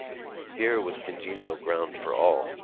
here was congenial ground for all.